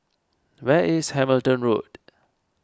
where is Hamilton Road